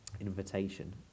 invitation